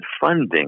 funding